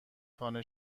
خانه